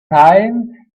time